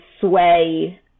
sway